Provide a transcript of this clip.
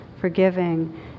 forgiving